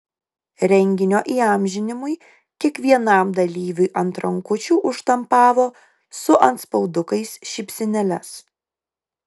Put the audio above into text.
renginio įamžinimui kiekvienam dalyviui ant rankučių užštampavo su antspaudukais šypsenėles